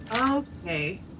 Okay